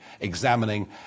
examining